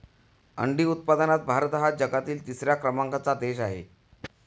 अंडी उत्पादनात भारत हा जगातील तिसऱ्या क्रमांकाचा देश आहे